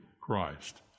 Christ